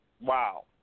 Wow